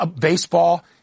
Baseball